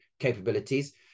capabilities